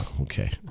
okay